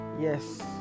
Yes